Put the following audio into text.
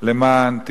למען תִוָרא,